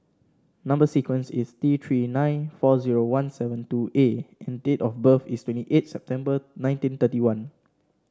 number sequence is T Three nine four zero one seven two A and date of birth is twenty eight September nineteen thirty one